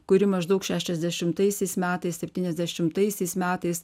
kuri maždaug šešiasdešimtaisiais metais septyniasdešimtaisiais metais